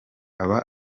aba